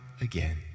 again